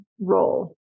role